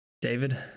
david